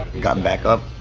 got back up,